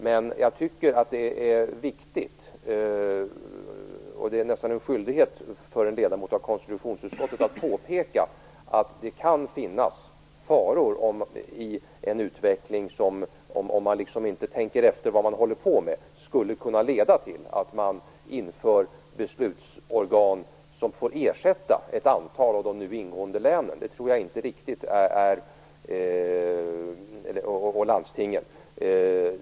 Men jag tycker att det är viktigt - och nästan en skyldighet för en ledamot av konstitutionsutskottet - att påpeka att det kan finnas faror i denna utveckling om man inte tänker efter vad man håller på med. Den skulle kunna leda till ett införande av beslutsorgan som får ersätta ett antal av de nu ingående länen och landstingen.